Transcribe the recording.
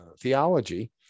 theology